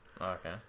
Okay